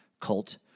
cult